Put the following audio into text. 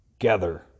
gather